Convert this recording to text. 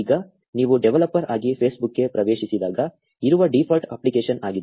ಈಗ ನೀವು ಡೆವಲಪರ್ ಆಗಿ ಫೇಸ್ಬುಕ್ಗೆ ಪ್ರವೇಶಿಸಿದಾಗ ಇರುವ ಡೀಫಾಲ್ಟ್ ಅಪ್ಲಿಕೇಶನ್ ಆಗಿದೆ